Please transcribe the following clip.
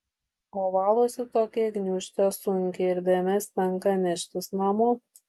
o valosi tokia gniūžtė sunkiai ir dėmes tenka neštis namo